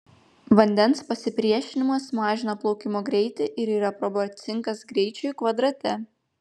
vandens pasipriešinimas mažina plaukimo greitį ir yra proporcingas greičiui kvadrate